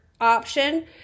option